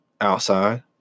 outside